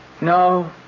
No